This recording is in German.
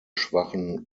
schwachen